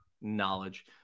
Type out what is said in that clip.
knowledge